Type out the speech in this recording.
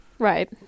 right